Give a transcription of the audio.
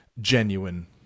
genuine